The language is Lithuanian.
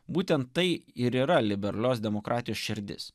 būtent tai ir yra liberalios demokratijos širdis